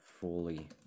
fully